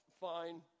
fine